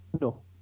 No